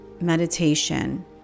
meditation